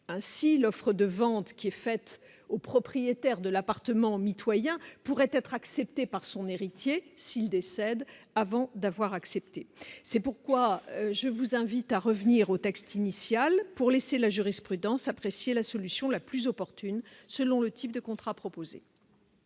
ainsi l'offre de vente qui est faite au propriétaire de l'appartement mitoyen pourrait être acceptée par son héritier s'il décède avant d'avoir accepté, c'est pourquoi je vous invite à revenir au texte initial pour laisser la jurisprudence apprécier la solution la plus opportune, selon le type de contrat proposé.